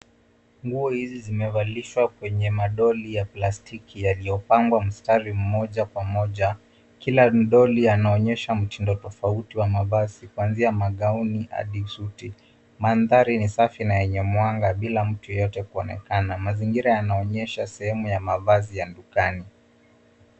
Nguo hizi zimevalishwa kwenye madoli ya plastiki yaliyopangwa mstari moja kwa moja. Kila mdoli unaonyesha mtindo tofauti wa mavazi kuanzia magauni hadi suti. Mandhari ni safi na yenye mwanga bila mtu yeyote kuonekana. Mazingira yanaonyesha sehemu ya mavazi ya dukani.